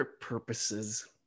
purposes